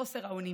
חוסר האונים,